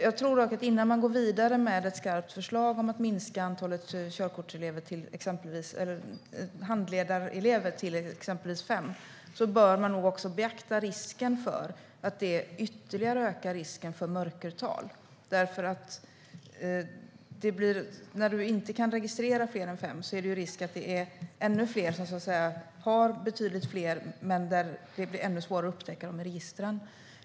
Jag tror dock att innan man går vidare med ett skarpt förslag om att minska antalet handledarelever till exempelvis fem bör man nog också beakta risken för att det ytterligare ökar risken för mörkertal, därför att när du inte kan registrera fler än fem är det risk för att det är ännu fler som har betydligt fler, men det blir ännu svårare att upptäcka dem i registren.